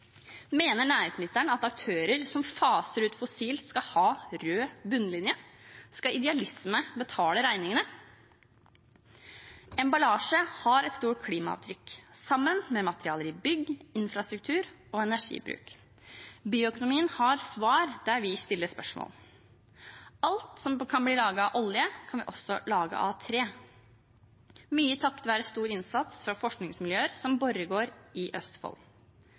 Mener næringsministeren at aktører som faser ut fossilt, skal ha rød bunnlinje? Skal idealisme betale regningene? Emballasje har et stort klimaavtrykk, sammen med materialer i bygg, infrastruktur og energibruk. Bioøkonomien har svar der vi stiller spørsmål. Alt som kan lages av olje, kan vi også lage av tre, mye takket være stor innsats fra forskningsmiljøer som Borregaard i Østfold.